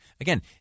Again